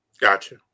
Gotcha